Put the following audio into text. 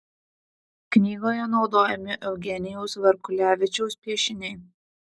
knygoje naudojami eugenijaus varkulevičiaus piešiniai